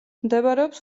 მდებარეობს